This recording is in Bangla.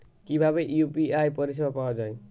কিভাবে ইউ.পি.আই পরিসেবা পাওয়া য়ায়?